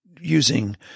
using